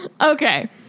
Okay